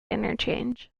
interchange